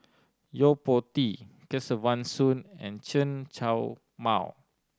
Yo Po Tee Kesavan Soon and Chen Show Mao